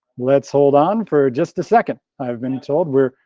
let's hold on for just a second. i've been told we're,